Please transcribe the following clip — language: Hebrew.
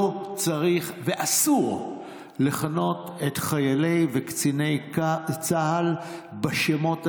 לא צריך ואסור לכנות את חיילי וקציני צה"ל בשמות האלה,